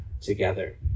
together